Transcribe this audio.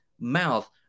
mouth